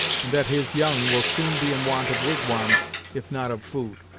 and that his young will soon be in want of wigwams if not of food.